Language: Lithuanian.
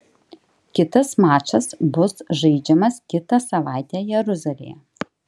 kitas mačas bus žaidžiamas kitą savaitę jeruzalėje